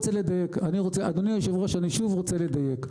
אדוני היושב-ראש, אני שוב רוצה לדייק.